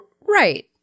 Right